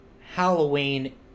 halloween